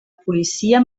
policia